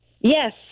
Yes